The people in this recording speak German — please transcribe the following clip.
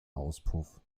auspuff